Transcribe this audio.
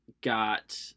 got